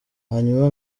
hanyuma